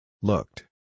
Looked